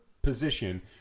position